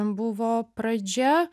buvo pradžia